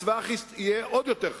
הסבך יהיה עוד יותר חמור.